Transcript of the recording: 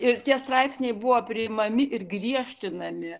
ir tie straipsniai buvo priimami ir griežtinami